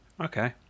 Okay